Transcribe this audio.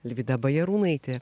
alvyda bajarūnaitė